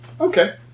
Okay